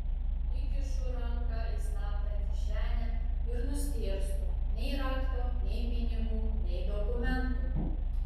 įkišu ranką į slaptą kišenę ir nustėrstu nei rakto nei pinigų nei dokumentų